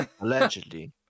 Allegedly